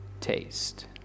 taste